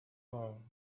all